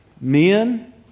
men